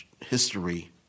history